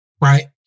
right